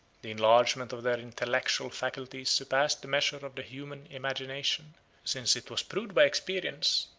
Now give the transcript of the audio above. the enlargement of their intellectual faculties surpassed the measure of the human imagination since it was proved by experience,